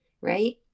right